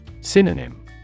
Synonym